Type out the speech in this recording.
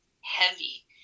heavy